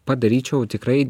padaryčiau tikrai